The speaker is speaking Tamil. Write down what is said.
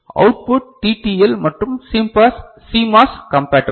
அவுட் புட் TTL மற்றும் CMOS கம்பெட்டிபெல்